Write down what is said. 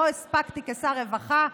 לא הספקתי כשר רווחה,